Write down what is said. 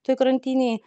toj krantinėj